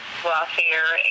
welfare